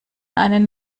einen